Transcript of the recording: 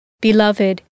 Beloved